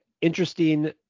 interesting